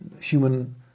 human